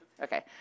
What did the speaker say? Okay